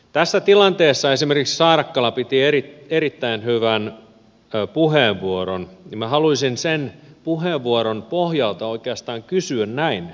tässä tilanteessa esimerkiksi saarakkala piti erittäin hyvän puheenvuoron ja minä haluaisin sen puheenvuoron pohjalta oikeastaan kysyä näin